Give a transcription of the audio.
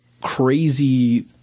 crazy